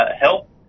help